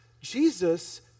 Jesus